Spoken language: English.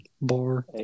bar